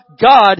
God